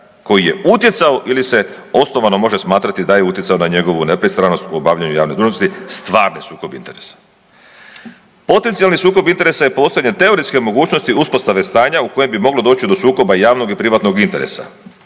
koji je utjecao ili se osnovano može smatrati da je utjecao na njegovu nepristranost u obavljanju javne dužnosti, stvari sukob interesa. Potencijalni sukob interesa je postojanje teoretske mogućnosti uspostave stanja u kojem bi moglo doći do sukoba javnog i privatnog interesa.